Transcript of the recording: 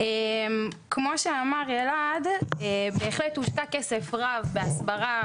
אתה אומר שצריך להעביר כסף מקרן הניקיון גם להסברה